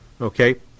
Okay